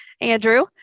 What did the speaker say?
Andrew